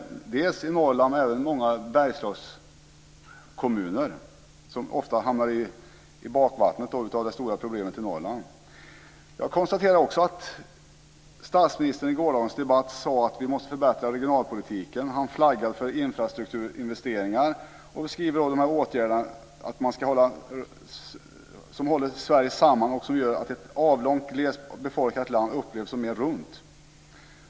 Det gäller Norrland, men det gäller även många Bergslagskommuner, som ofta hamnar i bakvattnet av det stora problemet i Norrland. Jag konstaterar också att statsministern i gårdagens debatt sade att vi måste förbättra regionalpolitiken. Han flaggar för infrastrukturinvesteringar och säger att detta är ". åtgärder som håller Sverige samman och som gör att ett avlångt, glest befolkat land upplevs som mer runt."